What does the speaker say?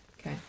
Okay